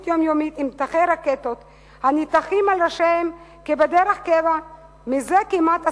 יומיומית עם מטחי רקטות הניתכים על ראשיהם כבדרך קבע מזה כמעט עשור,